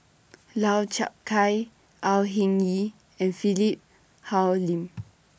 Lau Chiap Khai Au Hing Yee and Philip Hoalim